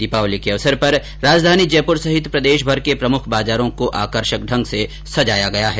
दीपावली के अवसर पर राजधानी जयपूर सहित प्रदेश भर के प्रमुख बाजारों को आकर्षक ढंग से सजाया गया है